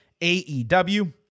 AEW